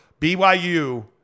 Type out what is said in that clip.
BYU